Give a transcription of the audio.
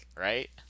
right